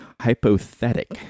hypothetic